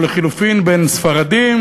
או לחלופין בין ספרדים,